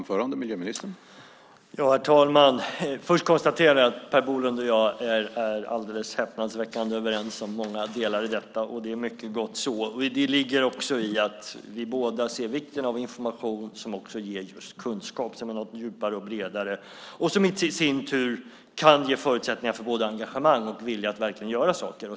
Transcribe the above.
Herr talman! Jag konstaterar att Per Bolund och jag är häpnadsväckande överens om många delar i detta. Det är gott så. Vi ser båda vikten av information som ger kunskap som är djupare och bredare. Det kan i sin tur ge förutsättningar för både engagemang och vilja att göra saker.